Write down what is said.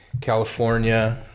California